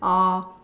oh